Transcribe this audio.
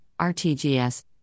RTGS